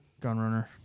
Gunrunner